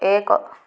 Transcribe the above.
ଏକ